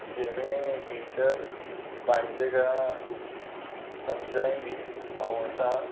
जंहिंमें टीचर पंहिंजे घरां सम्झाईंदी ऐं असां